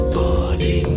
body